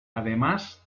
además